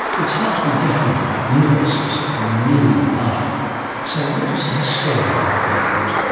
it's hard to be definite about universes and the meaning of life so what does a historian make of it?